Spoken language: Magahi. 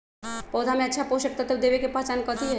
पौधा में अच्छा पोषक तत्व देवे के पहचान कथी हई?